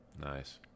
Nice